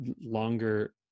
longer